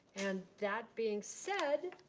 and that being said,